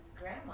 Grandma